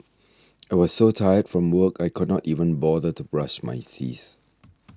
I was so tired from work I could not even bother to brush my teeth